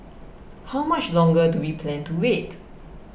how much longer do we plan to wait